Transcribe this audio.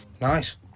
Nice